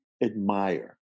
admire